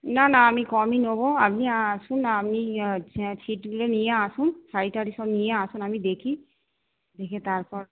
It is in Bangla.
না না আমি কমই নেব আপনি আসুন আপনি ছিটগুলো নিয়ে আসুন শাড়ি টাড়ি সব নিয়ে আসুন আমি দেখি দেখে তারপর